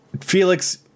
Felix